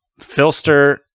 Filster